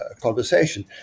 conversation